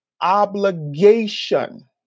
obligation